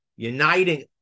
Uniting